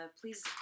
please